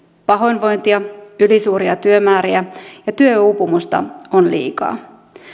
pahoinvointia ylisuuria työmääriä ja työuupumusta on liikaa